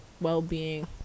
well-being